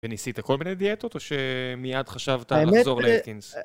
וניסית כל מיני דיאטות, או שמיד חשבת לחזור לאטקינס?